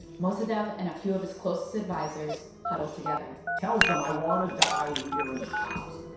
mossadegh and a few of his closest advisers huddled together tells them, i want to die here in the house